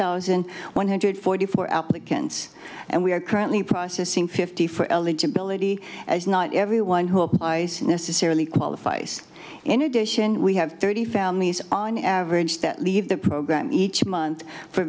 thousand one hundred forty four applicants and we are currently processing fifty for eligibility as not everyone who i see necessarily qualifies in addition we have thirty families on average that leave the program each month for